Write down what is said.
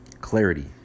clarity